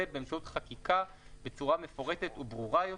באמצעות חקיקה בצורה מפורטת וברורה יותר"